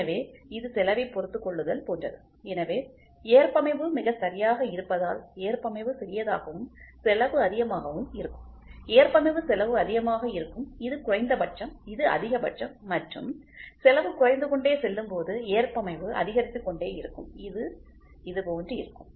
எனவே இது செலவை பொறுத்து கொள்ளுதல் போன்றது எனவே ஏற்பமைவு மிகச்சரியாக இருப்பதால் ஏற்பமைவு சிறியதாகவும் செலவு அதிகமாகவும் இருக்கும் ஏற்பமைவு செலவு அதிகமாக இருக்கும் இது குறைந்தபட்சம் இது அதிகபட்சம் மற்றும் செலவு குறைந்து கொண்டே செல்லும்போது ஏற்பமைவு அதிகரித்து கொண்டே இருக்கும் இது இது போன்று இருக்கும்